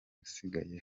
usigaye